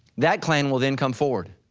that clan will then come forward,